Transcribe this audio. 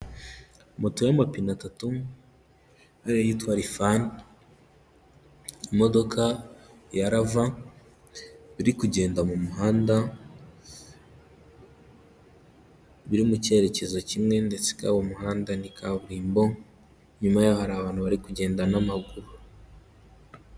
Moto y'amapine atatu, ariyo yitwa rifani, imodoka ya rava iri kugenda mu muhanda, biri mu cyerekezo kimwe ndetse ikaba uwo muhanda ni kaburimbo, inyuma yaho hari abantu bari kugenda n'amaguru.